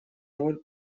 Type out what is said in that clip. роль